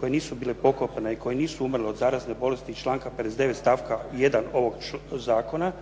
koje nisu bile pokopane i koje nisu umrle od zarazne bolesti iz članka 59., stavka 1. ovoga Zakona